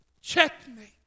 checkmate